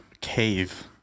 cave